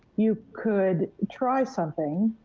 you could try something